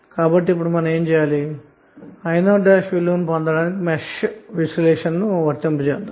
కాబట్టి ఇప్పుడు i0విలువను పొందటానికి మెష్ విశ్లేషణను వర్తింపచేద్దాము